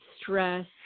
stress